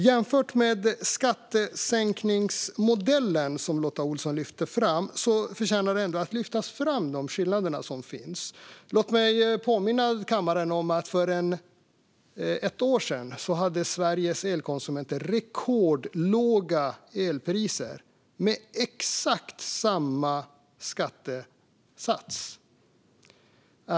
Lotta Olsson lyfte fram skattesänkningsmodellen, och skillnaderna förtjänar att lyftas fram. Låt mig påminna kammaren om att för ett år sedan hade Sveriges elkonsumenter rekordlåga elpriser med exakt samma skattesats som nu.